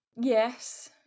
yes